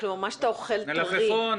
מה שאתה אוכל טרי.